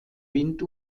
wind